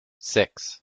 six